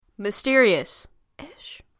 Mysterious-ish